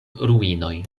ruinoj